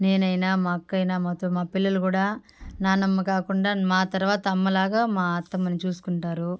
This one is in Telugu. నేనైనా మా అక్క అయినా మొత్తం మా పిల్లలు కూడా నాన్నమ్మ కాకుండా మా తర్వాత అమ్మ లాగా మా అత్తమ్మని చూసుకుంటారు